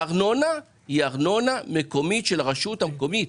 הארנונה היא ארנונה מקומית של הרשות המקומית.